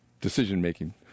decision-making